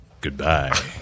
Goodbye